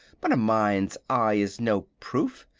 but a mind's eye is no proof,